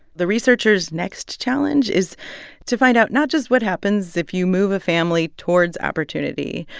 the researchers' next challenge is to find out not just what happens if you move a family towards opportunity,